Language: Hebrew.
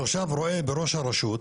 התושב רואה בראש הרשות,